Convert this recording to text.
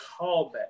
callback